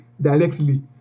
directly